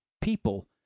people